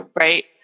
Right